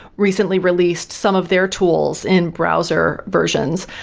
recently released some of their tools in browser versions.